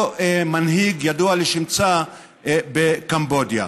אותו מנהיג ידוע לשמצה בקמבודיה.